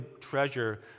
treasure